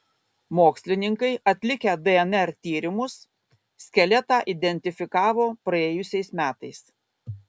mokslininkai atlikę dnr tyrimus skeletą identifikavo praėjusiais metais